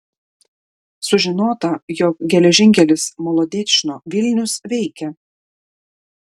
sužinota jog geležinkelis molodečno vilnius veikia